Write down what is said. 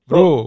Bro